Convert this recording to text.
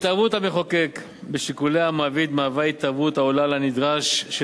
התערבות המחוקק בשיקולי המעביד היא התערבות העולה על הנדרש של